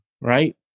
right